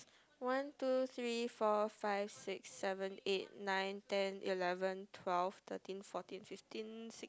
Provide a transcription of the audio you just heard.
one two three four five six seven eight nine ten eleven twelve thirteen fourteen fifteen six